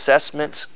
assessments